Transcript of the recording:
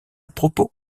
propos